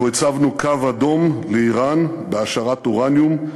אנחנו הצבנו קו אדום לאיראן בהעשרת אורניום,